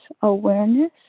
awareness